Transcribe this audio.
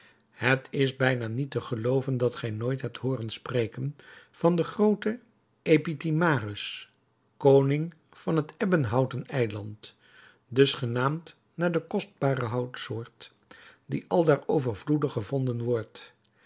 het is bijna niet te gelooven dat gij nooit hebt hooren spreken van den grooten epitimarus koning van het ebbenhouten eiland dus genaamd naar de kostbare houtsoort die aldaar overvloedig gevonden wordt